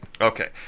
Okay